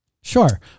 Sure